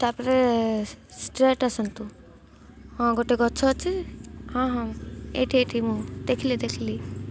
ତାପରେ ଷ୍ଟ୍ରେଟ ଆସନ୍ତୁ ହଁ ଗୋଟେ ଗଛ ଅଛି ହଁ ହଁ ଏଇଠି ଏଇଠି ମୁଁ ଦେଖିଲି ଦେଖିଲି